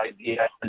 idea